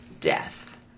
death